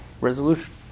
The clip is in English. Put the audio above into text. resolution